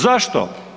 Zašto?